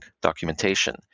documentation